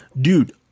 dude